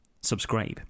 subscribe